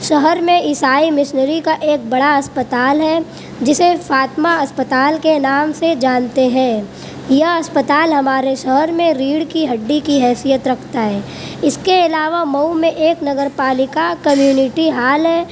شہر میں عیسائی مشنری کا ایک بڑا اسپتال ہے جسے فاطمہ اسپتال کے نام سے جانتے ہیں یہ اسپتال ہمارے شہر میں ریڑھ کی ہڈی کی حیثیت رکھتا ہے اس کے علاوہ مئو میں ایک نگر پالیکا کمیونٹی ہال ہے